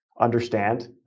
understand